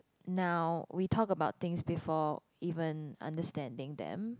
now we talk about things before even understanding them